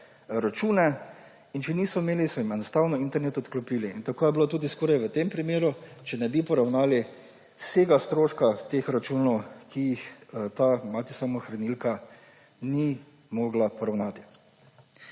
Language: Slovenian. račune. In če niso imeli, so jim enostavno internet odklopili; in tako je bilo skoraj tudi v tem primeru, če ne bi poravnali vsega stroška teh računov, ki jih ta mati samohranilka ni mogla poravnati.